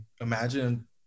imagine